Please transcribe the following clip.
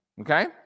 Okay